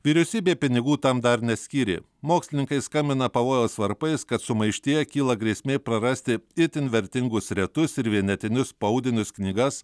vyriausybė pinigų tam dar neskyrė mokslininkai skambina pavojaus varpais kad sumaištyje kyla grėsmė prarasti itin vertingus retus ir vienetinius spaudinius knygas